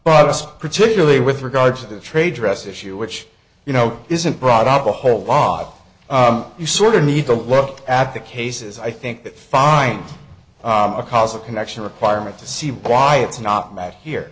just particularly with regard to the trade dress issue which you know isn't brought up a whole lot you sort of need to look at the cases i think that find a cause a connection requirement to see why it's not mad here